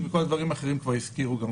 את כל הדברים האחרים כבר הזכירו.